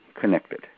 connected